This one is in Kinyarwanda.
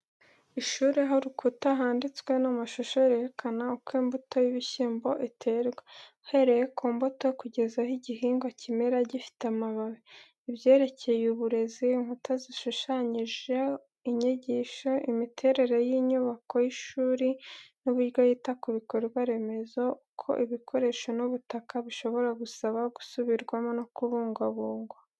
Ishuri aho ku rukuta handitswe n’amashusho yerekana uko imbuto y’ibishyimbo iterwa, uhereye ku mbuto kugeza aho igihingwa kimera gifite amababi. Ibyerekeye uburezi, inkuta zishushanyije inyigisho. Imiterere y’inyubako y’ishuri n’uburyo yita ku bikorwa remezo. Uko ibikoresho n’ubutaka bishobora gusaba gusubirwamo no kubungwabungwa.